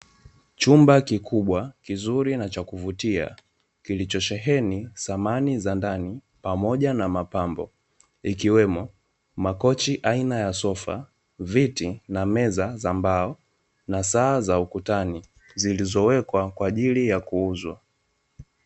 Chumba kikubwa, kizuri na cha kuvutia, kilichosheheni samani za ndani pamoja na mapambo, ikiwemo, makochi aina ya sofa, viti vya mbao, na saa za ukutani nzilizowekwa kwa ajili ya kuuzwa.